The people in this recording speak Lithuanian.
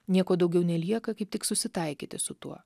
nieko daugiau nelieka kaip tik susitaikyti su tuo